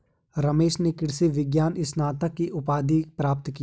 रमेश ने कृषि विज्ञान में स्नातक की उपाधि प्राप्त की